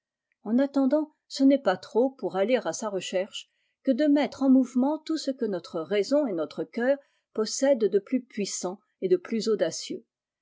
en attendant ce n'est pas trop pour aller à sa recherche que de mettre en mouvement tout ce que notre raison et notre cœur possèdent de plus puissant et de plus audacieux